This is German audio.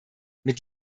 mit